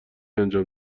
انجام